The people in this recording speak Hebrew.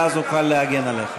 ואז אוכל להגן עליך.